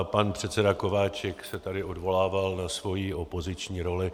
Pan předseda Kováčik se tady odvolával na svoji opoziční roli.